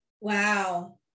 Wow